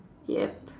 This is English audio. yup